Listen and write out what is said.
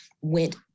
went